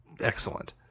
excellent